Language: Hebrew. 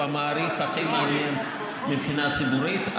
הוא המעריך הכי מעניין מבחינה ציבורית,